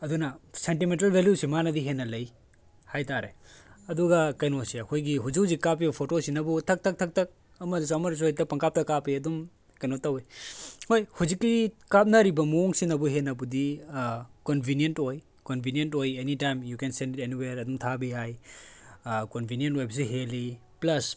ꯑꯗꯨꯅ ꯁꯦꯟꯇꯤꯃꯦꯟꯇꯦꯜ ꯚꯦꯂꯨꯁꯦ ꯃꯥꯅꯗꯤ ꯍꯦꯟꯅ ꯂꯩ ꯍꯥꯏꯇꯥꯔꯦ ꯑꯗꯨꯒ ꯀꯩꯅꯣꯁꯦ ꯑꯩꯈꯣꯏꯒꯤ ꯍꯧꯖꯤꯛ ꯍꯧꯖꯤꯛ ꯀꯥꯞꯄꯤꯕ ꯐꯣꯇꯣꯁꯤꯅꯕꯨ ꯊꯛ ꯊꯛ ꯊꯛ ꯊꯛ ꯑꯃꯗꯁꯨ ꯑꯃꯗꯁꯨ ꯍꯦꯛꯇ ꯄꯪꯀꯥꯞꯇ ꯀꯥꯞꯄꯦ ꯑꯗꯨꯝ ꯀꯩꯅꯣ ꯇꯧꯋꯤ ꯍꯣꯏ ꯍꯧꯖꯤꯛꯀꯤ ꯀꯥꯞꯅꯔꯤꯕ ꯃꯑꯣꯡꯁꯤꯅꯕꯨ ꯍꯦꯟꯅꯕꯨꯗꯤ ꯀꯣꯟꯚꯤꯅꯤꯌꯟ ꯑꯣꯏ ꯀꯣꯟꯚꯤꯅꯤꯌꯟ ꯑꯣꯏ any time you can send it anywhere ꯑꯗꯨꯝ ꯊꯥꯕ ꯌꯥꯏ ꯀꯣꯟꯚꯤꯅꯤꯌꯟ ꯑꯣꯏꯕꯁꯨ ꯍꯦꯜꯂꯤ ꯄ꯭ꯂꯁ